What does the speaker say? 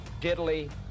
diddly